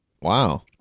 Wow